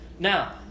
Now